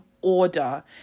order